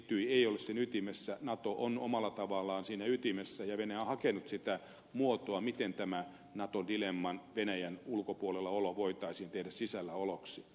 etyj ei ole sen ytimessä nato on omalla tavallaan siinä ytimessä ja venäjä on hakenut sitä muotoa miten tämä nato dilemman venäjän ulkopuolella olo voitaisiin tehdä sisällä oloksi